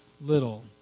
little